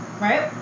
Right